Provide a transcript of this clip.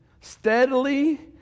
steadily